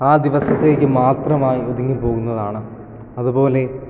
ആ ദിവസത്തേക്കും മാത്രമായി ഒതുങ്ങി പോകുന്നതാണ് അതുപോലെ